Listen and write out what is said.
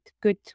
good